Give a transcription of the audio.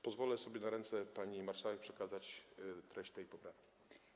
Pozwolę sobie na ręce pani marszałek przekazać treść tej poprawki.